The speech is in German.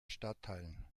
stadtteilen